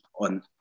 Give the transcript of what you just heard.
on